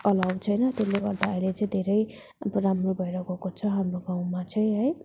allow छैन त्यसले गर्दा अहिले चाहिँ धेरै राम्रो भएर गएको छ हाम्रो गाउँमा चाहिँ है